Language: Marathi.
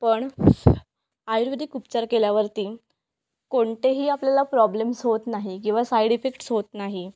पण आयुर्वेदिक उपचार केल्यावरती कोणतेही आपल्याला प्रॉब्लेम्स होत नाही किंवा साईड इफेक्ट्स होत नाही